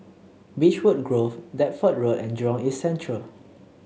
Beechwood Grove Deptford Road and Jurong East Central